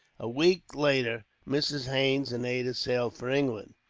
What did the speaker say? a week later, mrs. haines and ada sailed for england,